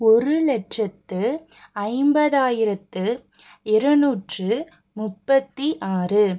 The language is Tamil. ஒரு லட்சத்தி ஐம்பதாயிரத்து இருநூற்று முப்பத்தி ஆறு